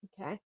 Okay